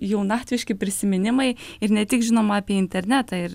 jaunatviški prisiminimai ir ne tik žinoma apie internetą ir